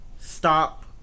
stop